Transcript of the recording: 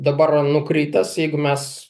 dabar yra nukritęs jeigu mes